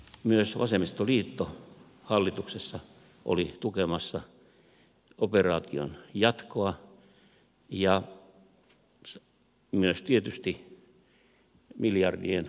myös vasemmistoliitto hallituksessa oli tukemassa operaation jatkoa ja myös tietysti miljardien asehankintoja